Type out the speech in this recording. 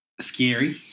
scary